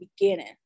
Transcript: beginning